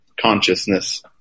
consciousness